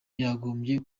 yagombye